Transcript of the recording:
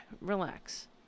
Relax